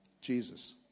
Jesus